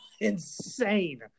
insane